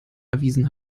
erwiesen